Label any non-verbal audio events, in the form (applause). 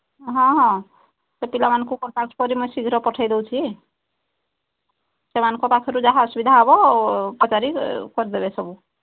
ହଁ ହଁ ପିଲାମାନଙ୍କୁ (unintelligible) ମୁଁ ଶୀଘ୍ର ପଠେଇ ଦେଉଛି ସେମାନଙ୍କ ପାଖରୁ ଯାହା ଅସୁବିଧା ହେବ ପଚାରିକି କରିଦେବେ ସବୁ